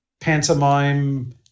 pantomime